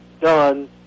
done